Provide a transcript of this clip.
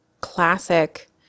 classic